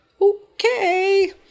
okay